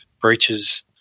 breaches